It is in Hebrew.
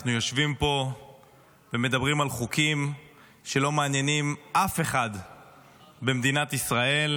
אנחנו יושבים פה ומדברים על חוקים שלא מעניינים אף אחד במדינת ישראל,